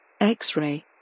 X-Ray